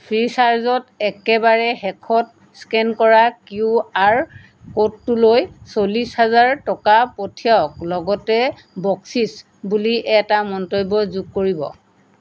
ফ্ৰীচাৰ্জত একেবাৰে শেষত স্কেন কৰা কিউ আৰ ক'ডটোলৈ চল্লিশ হেজাৰ টকা পঠিয়াওক লগতে বকচিচ বুলি এটা মন্তব্য যোগ কৰিব